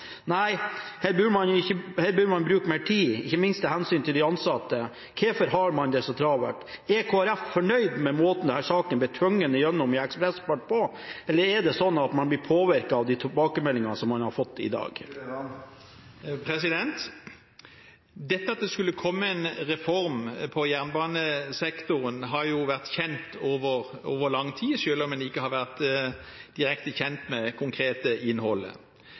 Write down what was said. Nei, her bør man bruke mer tid, ikke minst av hensyn til de ansatte. Hvorfor har man det så travelt? Er Kristelig Folkeparti fornøyd med måten denne saken har blitt tvunget gjennom i ekspressfart på, eller er det sånn at man blir påvirket av de tilbakemeldingene som man har fått i dag? At det skulle komme en reform på jernbanesektoren, har vært kjent over lang tid, selv om en ikke har vært direkte kjent med det konkrete innholdet.